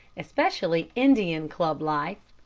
especially indian club life.